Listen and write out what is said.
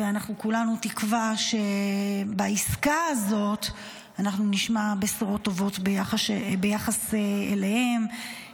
ואנחנו כולנו תקווה שבעסקה הזאת אנחנו נשמע בשורות טובות ביחס אליהם,